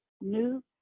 new